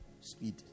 Speed